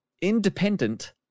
Independent